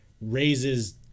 Raises